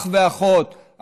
אח ואחות,